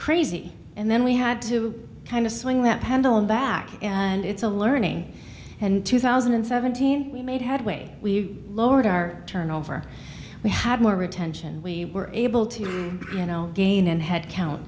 crazy and then we had to kind of swing that pendulum back and it's a learning and two thousand and seventeen we made headway we've lowered our turnover we had more retention we were able to you know gain and headcount